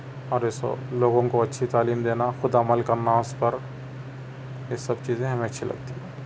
اور ایسے لوگوں کو اچھی تعلیم دینا خود عمل کرنا اس پر یہ سب چیزیں ہمیں اچھی لگتی ہیں